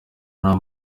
nta